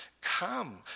come